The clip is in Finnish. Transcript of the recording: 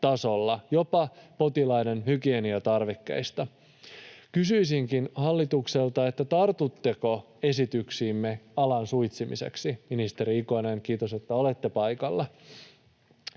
tasolla, jopa potilaiden hygieniatarvikkeista. Kysyisinkin hallitukselta: tartutteko esityksiimme alan suitsimiseksi? Ministeri Ikonen, kiitos, että olette paikalla.